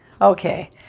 Okay